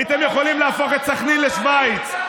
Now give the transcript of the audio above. הייתם יכולים להפוך את סח'נין לשווייץ.